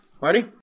Marty